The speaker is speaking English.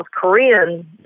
Korean